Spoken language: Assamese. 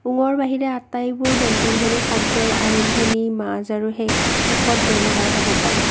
'ঙ'ৰ বাহিৰে আটাইবোৰ ব্যঞ্জন ধ্বনিৰ আৰম্ভণি মাজ আৰু শেষত ব্যৱহাৰ হ'ব পাৰে